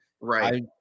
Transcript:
Right